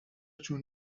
جون